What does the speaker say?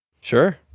Sure